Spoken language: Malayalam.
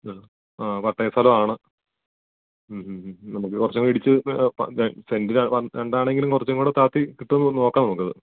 ഉം ആ പട്ടയ സ്ഥലമാണ് നമുക്ക് കുറച്ച് ഇടിച്ച് സെൻ്റിന് രണ്ടാണെങ്കിലും കുറച്ചും കൂടെ താത്തി കിട്ടുമോ എന്നൊന്ന് നോക്കാം നമ്മുക്ക് അത്